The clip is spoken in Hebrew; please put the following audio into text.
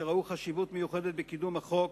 שראו חשיבות מיוחדת בקידום החוק,